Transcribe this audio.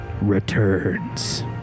returns